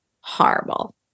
horrible